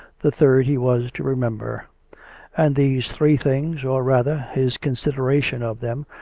the third he was to remember and these three things, or, rather, his consideration of them,